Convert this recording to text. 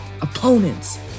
opponents